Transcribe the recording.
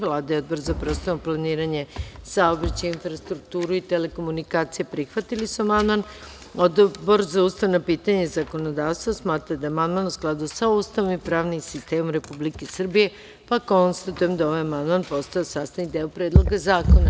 Vlada i Odbor za prostorno planiranje saobraćaja, infrastrukturu i telekomunikacije prihvatili su amandman, a Odbor za ustavna pitanja i zakonodavstvo smatra da je amandman u skladu sa Ustavom i pravnim sistemom Republike Srbije, pa konstatujem da je ovaj amandman postao sastavni deo Predloga zakona.